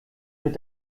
mit